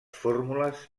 fórmules